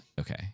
okay